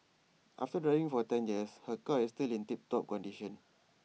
after driving for ten years her car is still in tip top condition